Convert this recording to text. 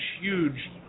huge